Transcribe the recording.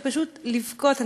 פשוט לבכות.